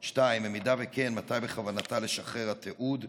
2. אם כן, מתי בכוונתה לשחרר התיעוד?